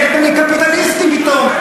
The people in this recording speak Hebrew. נהייתם לי קפיטליסטים פתאום,